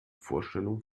vorstellung